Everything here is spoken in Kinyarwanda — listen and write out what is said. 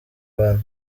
bantu